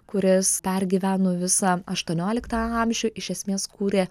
kuris pergyveno visą aštuonioliktą amžių iš esmės kūrė